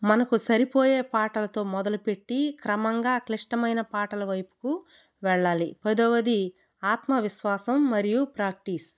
మనకు సరిపోయే పాటలతో మొదలుపెట్టి క్రమంగా క్లిష్టమైన పాటల వైపుకు వెళ్ళాలి పదవది ఆత్మవిశ్వాసం మరియు ప్రాక్టీస్